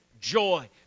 joy